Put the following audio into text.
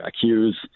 hughes